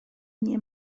nie